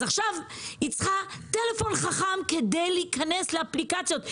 אז עכשיו היא צריכה טלפון חכם כדי להיכנס לאפליקציות.